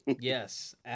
Yes